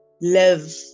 live